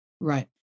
Right